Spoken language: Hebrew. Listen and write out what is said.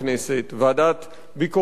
ועדת ביקורת המדינה,